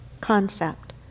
concept